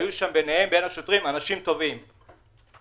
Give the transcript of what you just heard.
בין השוטרים היו אנשים טובים,